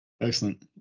excellent